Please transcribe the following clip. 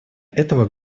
этого